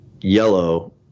yellow –